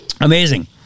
Amazing